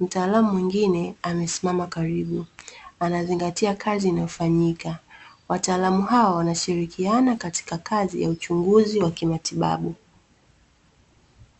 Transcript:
Mtaalamu mwingine amesimama karibu, anazingatia kazi inafanyika. Wataalamu hawa wanashirikiana katika kazi ya uchunguzi wa kimatibabu.